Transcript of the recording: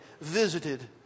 visited